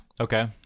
Okay